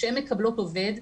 כשהן מקבלות עובד,